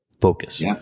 focus